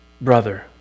brother